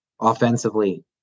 offensively